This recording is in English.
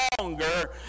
longer